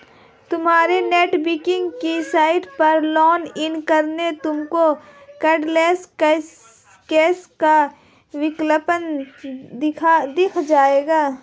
तुम्हारी नेटबैंकिंग की साइट पर लॉग इन करके तुमको कार्डलैस कैश का विकल्प दिख जाएगा